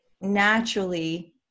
naturally